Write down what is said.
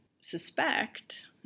suspect